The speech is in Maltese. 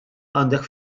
għandek